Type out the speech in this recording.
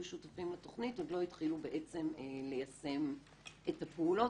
שותפים לתכנית עוד לא התחיל ליישם את הפעולות,